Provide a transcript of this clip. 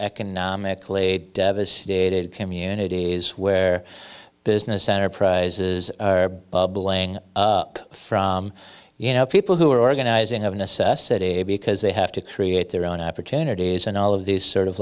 economically devastated communities where business enterprises are bubbling up from you know people who are organizing of necessity because they have to create their own opportunities and all of these sort of